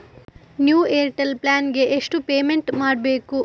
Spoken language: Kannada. ನ್ಯೂ ಏರ್ಟೆಲ್ ಪ್ಲಾನ್ ಗೆ ಎಷ್ಟು ಪೇಮೆಂಟ್ ಮಾಡ್ಬೇಕು?